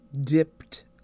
dipped